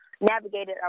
navigated